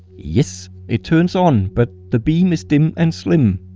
yes! it turns on but the beam is dim and slim.